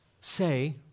say